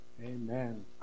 Amen